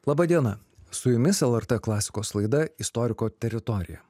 laba diena su jumis lrt klasikos laida istoriko teritorija